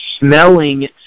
smelling